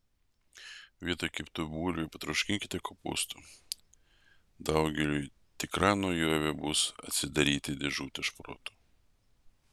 vietoj keptų bulvių patroškinkite kopūstų daugeliui tikra naujovė bus atsidaryti dėžutę šprotų